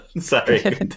Sorry